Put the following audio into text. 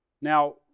Now